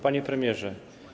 Panie Premierze!